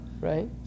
Right